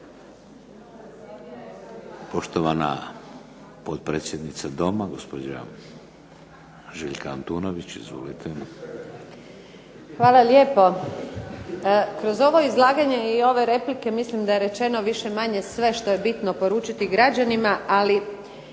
Poštovana potpredsjednica Doma, gospođa Željka Antunović. Izvolite. **Antunović, Željka (SDP)** Hvala lijepo. Kroz ovo izlaganje i ove replike mislim da je rečeno više-manje sve što je bitno poručiti građanima, ali